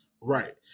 Right